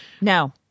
no